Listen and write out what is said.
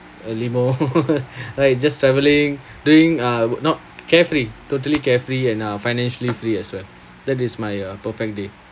a limo right just travelling doing uh not carefree totally carefree and uh financially free as well that is my uh perfect day